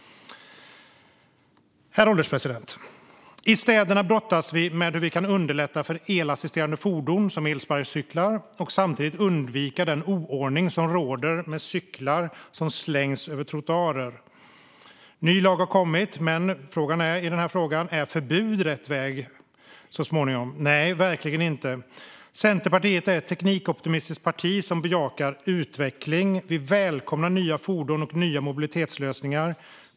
Herr ålderspresident! I städerna brottas vi med hur vi kan underlätta för elassisterade fordon, som elsparkcyklar, och samtidigt undvika den oordning som råder med att dessa slängs över trottoarer. En ny lag har kommit, men frågan är om ett framtida förbud är rätt väg. Nej, verkligen inte. Centerpartiet är ett teknikoptimistiskt parti som bejakar utveckling. Vi välkomnar nya fordon och nya mobilitetslösningar.